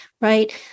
Right